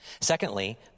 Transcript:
Secondly